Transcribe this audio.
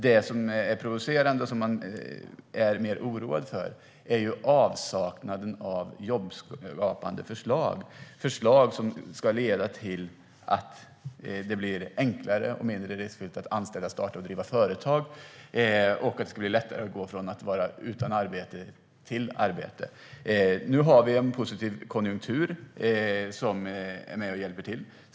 Det som är provocerande och som jag är mer oroad för är ju avsaknaden av jobbskapande förslag, förslag som leder till att det blir enklare att och mindre riskfyllt att anställa och att starta och driva företag. Det borde också bli lättare att gå från att vara utan arbete till arbete. Nu har vi en positiv konjunktur som hjälper till.